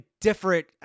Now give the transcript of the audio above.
different